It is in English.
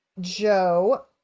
Joe